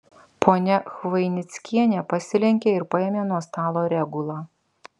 ponia chvainickienė pasilenkė ir paėmė nuo stalo regulą